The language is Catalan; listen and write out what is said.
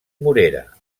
morera